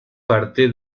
parte